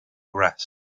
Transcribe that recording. grass